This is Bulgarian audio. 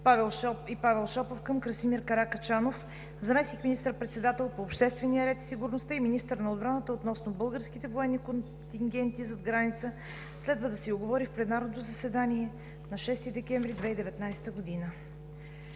Павел Шопов към Красимир Каракачанов – заместник министър-председател по обществения ред и сигурността и министър на отбраната относно българските военни контингенти зад граница. Следва да се отговори в пленарното заседание на 6 декември 2019 г.